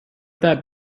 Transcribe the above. that